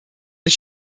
wir